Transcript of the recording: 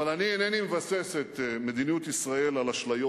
אבל אני אינני מבסס את מדיניות ישראל על אשליות.